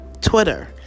Twitter